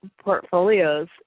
portfolios